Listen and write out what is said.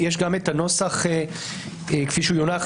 יש גם הנוסח כפי שיונח